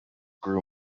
grew